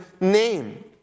name